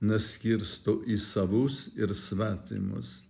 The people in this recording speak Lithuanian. neskirsto į savus ir svetimus